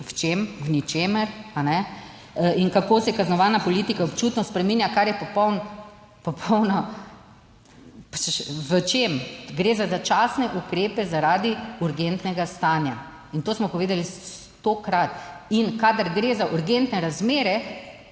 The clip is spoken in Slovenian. v čem? V ničemer. In kako se kaznovalna politika občutno spreminja, kar je popolno, popolno... V čem? Gre za začasne ukrepe zaradi urgentnega stanja. In to smo povedali stokrat. In kadar gre za urgentne razmere,